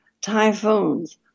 typhoons